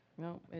No